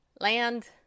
land